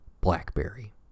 Blackberry